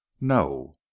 No